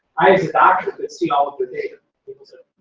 i as a doctor could see all of the data people said,